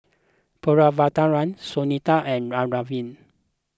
Pritiviraj Sunita and Arvind